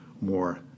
more